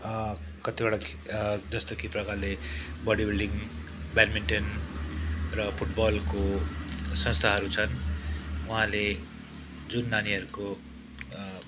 कतिवटा जस्तो कि प्रकारले बडी बिल्डिङ्ग ब्याडमिन्टन र फुटबलको संस्थाहरू छन् उहाँले जुन नानीहरूको